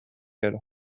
gero